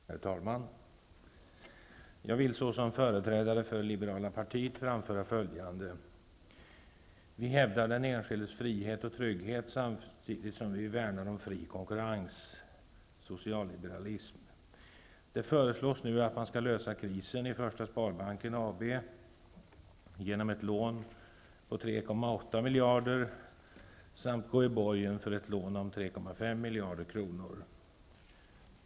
Herr talman! Jag vill såsom företrädare för Liberala partiet framföra följande: Vi hävdar den enskildes frihet och trygghet samtidigt som vi värnar om fri konkurrens, socialliberalism. Det föreslås nu att man skall lösa krisen i Första Sparbanken AB genom ett lån på 3,8 miljarder samt att man skall gå i borgen för ett lån på 3,5 miljarder kronor.